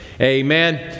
Amen